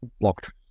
blocked